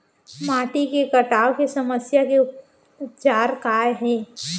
माटी के कटाव के समस्या के उपचार काय हे?